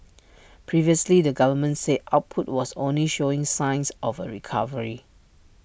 previously the government said output was only showing signs of A recovery